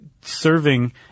serving